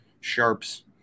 sharps